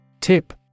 Tip